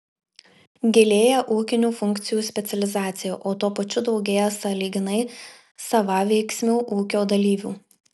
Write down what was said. gilėja ūkinių funkcijų specializacija o tuo pačiu daugėja sąlyginai savaveiksmių ūkio dalyvių